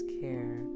care